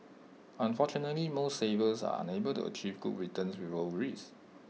unfortunately most savers are unable to achieve good returns with low risk